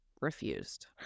refused